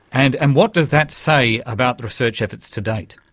and and what does that say about the research efforts to date?